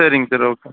சரிங்க sir okay